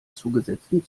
zugesetzten